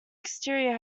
exterior